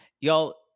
y'all